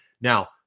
Now